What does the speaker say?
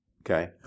Okay